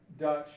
Dutch